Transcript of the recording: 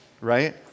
right